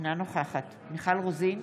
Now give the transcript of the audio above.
אינה נוכחת מיכל רוזין,